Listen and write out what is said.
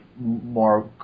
more